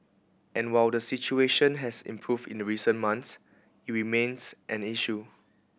and while the situation has improved in the recent months it remains an issue